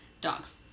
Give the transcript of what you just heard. Dogs